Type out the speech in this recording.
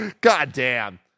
Goddamn